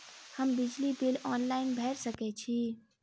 हम बिजली bill online भैर सकै छी?